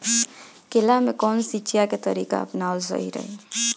केला में कवन सिचीया के तरिका अपनावल सही रही?